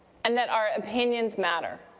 and that our opinions matter.